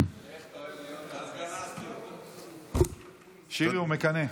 איך אתה אוהב להיות, שירי, הוא מקנא.